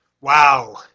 Wow